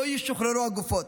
לא ישוחררו הגופות.